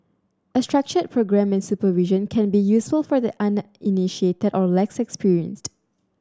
a structured programme and supervision can be useful for the uninitiated or less experienced